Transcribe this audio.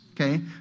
okay